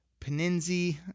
Peninzi